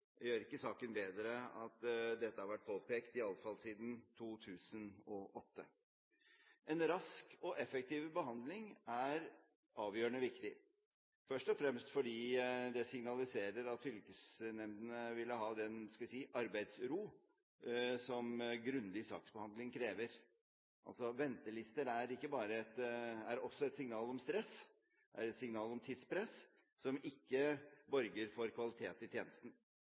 gjør ikke saken bedre at dette har vært påpekt iallfall siden 2008. En rask og effektiv behandling er avgjørende viktig, først og fremst fordi det signaliserer at fylkenemndene ville få den – skal vi si – arbeidsro som grundig saksbehandling krever. Altså: Ventelister er også et signal om stress, et signal om tidspress, som ikke borger for kvalitet i tjenesten.